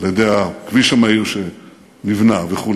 על-ידי הכביש המהיר שנבנה וכו',